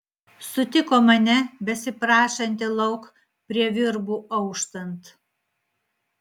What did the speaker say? sutiko mane besiprašantį lauk prie virbų auštant